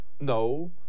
No